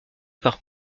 par